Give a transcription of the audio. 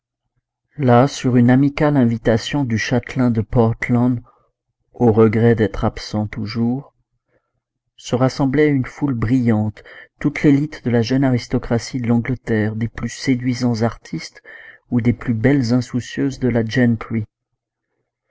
là sur une amicale invitation du châtelain de portland au regret d'être absent toujours se rassemblait une foule brillante toute l'élite de la jeune aristocratie de l'angleterre des plus séduisantes artistes ou des plus belles insoucieuses de la